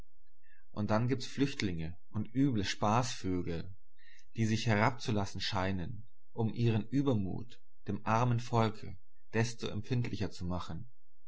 und dann gibt's flüchtlinge und üble spaßvögel die sich herabzulassen scheinen um ihren übermut dem armen volke desto empfindlicher zu machen